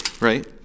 right